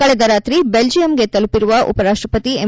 ಕಳೆದ ರಾತ್ರಿ ಬೆಲ್ಲಿಯಂಗೆ ತಲುಪಿರುವ ಉಪರಾಷ್ಷಪತಿ ಎಂ